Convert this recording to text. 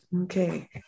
Okay